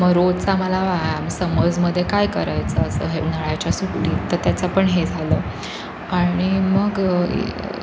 मग रोज आम्हाला समर्समध्ये काय करायचं असं हे उन्हाळ्याच्या सुट्टीत तर त्याचा पण हे झालं आणि मग